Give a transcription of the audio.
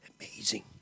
Amazing